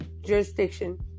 jurisdiction